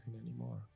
anymore